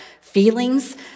feelings